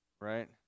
right